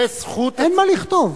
אין מה לכתוב.